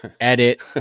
edit